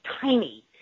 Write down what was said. tiny